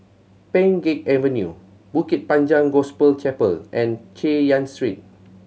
Pheng Geck Avenue Bukit Panjang Gospel Chapel and Chay Yan Street